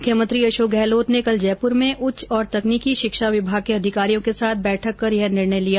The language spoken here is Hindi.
मुख्यमंत्री अशोक गहलोत ने कल जयपुर में उच्च और तकनीकी शिक्षा विभाग के अधिकारियों के साथ बैठक कर यह निर्णय लिया